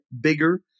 bigger